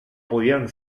podían